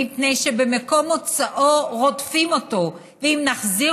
מפני שבמקום מוצאו רודפים אותו ואם נחזיר